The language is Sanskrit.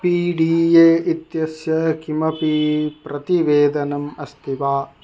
पी डी ए इत्यस्य किमपि प्रतिवेदनम् अस्ति वा